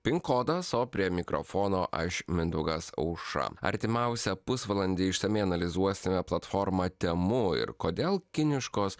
pin kodas o prie mikrofono aš mindaugas aušra artimiausią pusvalandį išsamiai analizuosime platformą temu ir kodėl kiniškos